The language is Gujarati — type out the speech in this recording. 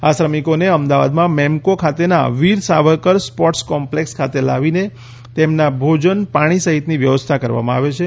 આ શ્રમિકોને અમદાવાદમાં મેમ્કો ખાતેના વીર સાવરકર સ્પોર્ટ્સ કોમ્પ્લેક્સ ખાતે લાવીને તેમના ભોજન પાણી સહિતની વ્યવસ્થા કરવામાં આવે છે